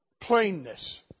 plainness